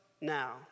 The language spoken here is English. now